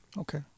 Okay